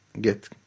get